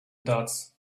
dots